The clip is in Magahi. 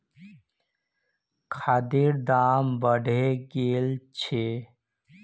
खादेर दाम बढ़े गेल छे